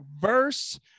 Verse